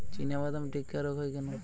চিনাবাদাম টিক্কা রোগ হয় কেন?